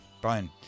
Brian